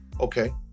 Okay